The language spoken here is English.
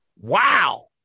wow